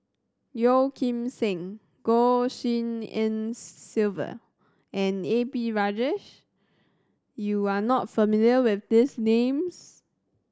Yeo Kim Seng Goh Tshin En Sylvia and A P Rajah you are not familiar with these names